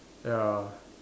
ya